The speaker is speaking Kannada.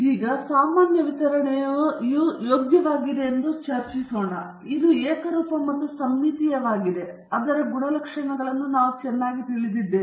ಇದೀಗ ಸಾಮಾನ್ಯ ವಿತರಣೆಯು ಯೋಗ್ಯವಾಗಿದೆ ಎಂದು ನಾವು ಚರ್ಚಿಸುತ್ತಿದ್ದೇವೆ ಇದು ಏಕರೂಪ ಮತ್ತು ಸಮ್ಮಿತೀಯವಾಗಿದೆ ಮತ್ತು ಅದರ ಗುಣಲಕ್ಷಣಗಳು ಚೆನ್ನಾಗಿ ತಿಳಿದಿವೆ